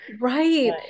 Right